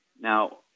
Now